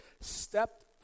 stepped